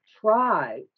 try